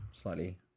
slightly